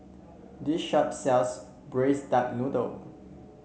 this shop sells Braised Duck Noodle